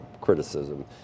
criticism